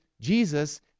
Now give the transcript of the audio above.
Jesus